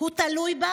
הוא תלוי בה